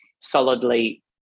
solidly